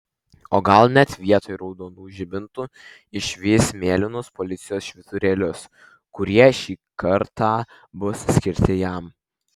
o gal net vietoj raudonų žibintų išvys mėlynus policijos švyturėlius kurie šį kartą bus skirti jam